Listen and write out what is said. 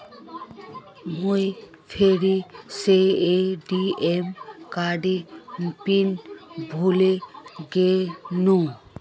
मुई फेरो से ए.टी.एम कार्डेर पिन भूले गेनू